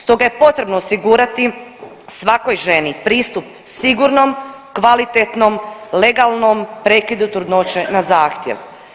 Stoga je potrebno osigurati svakoj ženi pristup sigurnom, kvalitetnom, legalnom prekidu trudnoće na zahtjev.